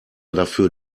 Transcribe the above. dafür